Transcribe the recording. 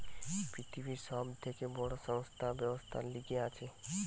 পৃথিবীর সব থেকে বড় সংস্থা ব্যবসার লিগে আছে